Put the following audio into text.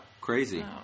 crazy